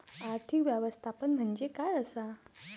आर्थिक व्यवस्थापन म्हणजे काय असा?